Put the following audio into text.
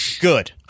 good